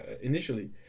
initially